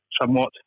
somewhat